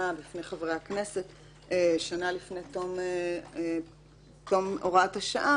וחברי הכנסת שנה לפני תום הוראת השעה,